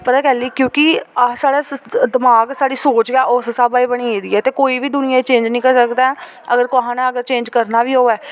पता कैल्ली क्योंकि अह साढ़ा दमाग साढ़ी सोच गै उस स्हाबै दी बनी गेदी ऐ ते कोई बी दूनिया गी चेंज नी करी सकदा ऐ अगर कुसै ने चेंज करना बी होऐ